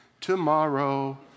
tomorrow